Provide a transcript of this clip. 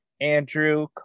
Andrew